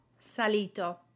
salito